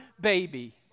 baby